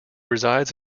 resides